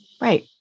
Right